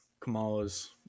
kamalas